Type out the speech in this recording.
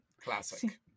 Classic